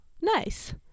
Nice